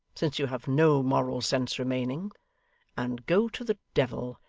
since you have no moral sense remaining and go to the devil,